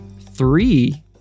three